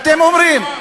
מי זה "הם"?